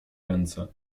ręce